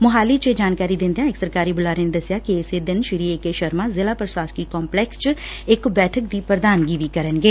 ਮੋਹਾਲੀ ਚ ਇਹ ਜਾਣਕਾਰੀ ਦਿੰਦਿਆਂ ਇਕ ਸਰਕਾਰੀ ਬੁਲਾਰੇ ਨੇ ਦਸਿਆ ਕਿ ਇਸੇ ਦਿਨ ਏ ਕੇ ਸ਼ਰਮਾ ਜ਼ਿਲ੍ਹਾ ਪ੍ਸ਼ਾਸਕੀ ਕੰਪਲੈਕਸ ਚ ਇਕ ਬੈਠਕ ਦੀ ਪੁਧਾਨਗੀ ਵੀ ਕਰਨਗੇ